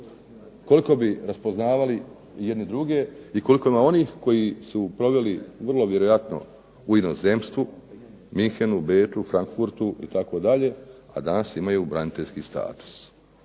koliko bi raspoznavali jedni druge i koliko je onih koji su proveli vrlo vjerojatno u inozemstvu Münchenu, Beču, Frankfurtu itd. a danas imaj braniteljski status.